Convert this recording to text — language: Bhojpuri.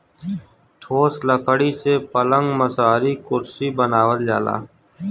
ठोस लकड़ी से पलंग मसहरी कुरसी बनावल जाला